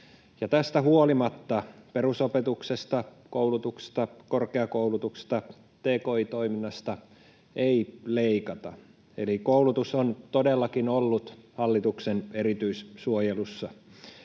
tästä huolimatta perusopetuksesta, koulutuksesta, korkeakoulutuksesta ja tki-toiminnasta ei leikata. Eli koulutus on todellakin ollut hallituksen erityissuojelussa